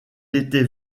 était